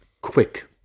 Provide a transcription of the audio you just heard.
Quick